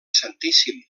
santíssim